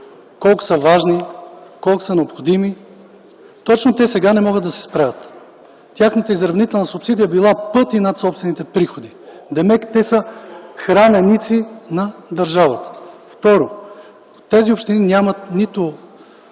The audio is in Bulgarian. колко са важни, колко са необходими, точно те сега не могат да се справят. Тяхната изравнителна субсидия била пъти над собствените приходи. Демек те са храненици на държавата. Второ, тези общини нямат нищо